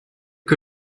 que